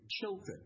children